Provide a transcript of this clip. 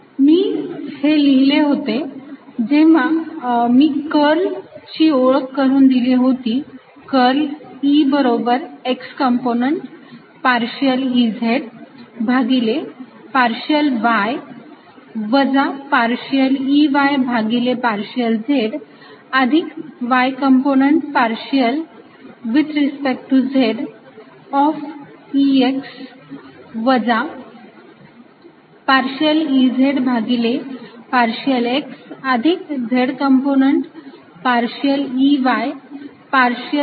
मी हे लिहिले होते जेव्हा मी कर्ल ची ओळख करून दिली होती कर्ल E बरोबर x कंपोनंट पार्शियल Ez भागिले पार्शियल y वजा पार्शियल Ey भागिले पार्शियल z अधिक y component partial with respect to z of Ex वजा पार्शियल Ez भागिले पार्शियल x अधिक z component partial Ey partial x वजा Ex Ey